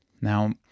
Now